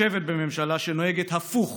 לשבת בממשלה שנוהגת הפוך